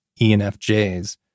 ENFJs